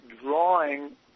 drawing